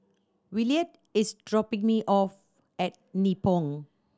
Williard is dropping me off at Nibong